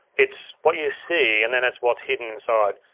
it's what you see and then it's what's hidden inside.